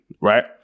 right